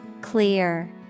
Clear